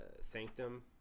sanctum